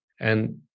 And-